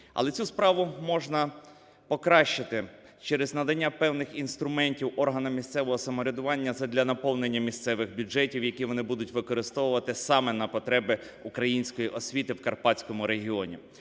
Але цю справу можна покращити через надання певних інструментів органам місцевого самоврядування задля наповнення місцевих бюджетів, які вони будуть використовувати саме на потреби української освіти в Карпатському регіоні.